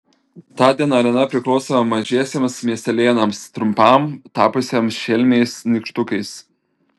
tądien arena priklausė mažiesiems miestelėnams trumpam tapusiems šelmiais nykštukais